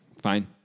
Fine